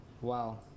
Wow